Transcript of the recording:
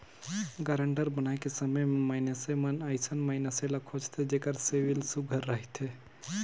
guarantor बनाए के समे में मइनसे मन अइसन मइनसे ल खोझथें जेकर सिविल सुग्घर रहथे